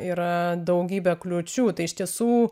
yra daugybė kliūčių tai iš tiesų